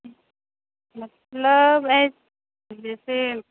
मतलब ऐ जैसे